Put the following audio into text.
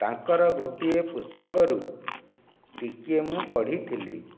ତାଙ୍କର ଗୋଟିଏ ପୁସ୍ତକରୁ ଟିକିଏ ମୁଁ ପଢ଼ିଥିଲି